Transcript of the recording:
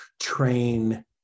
train